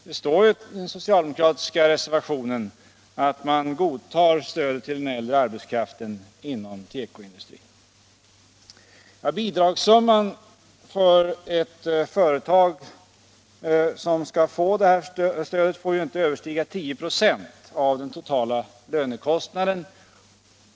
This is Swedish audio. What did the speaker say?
Det står i den socialdemokratiska reservationen att man godtar stöd till den äldre arbetskraften inom tekoindustrin. 75 Ett annat villkor är att bidragssumman för ett företag inte får överstiga 10 96 av företagets totala lönekostnader.